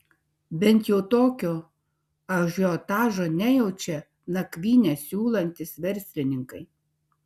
bent jau tokio ažiotažo nejaučia nakvynę siūlantys verslininkai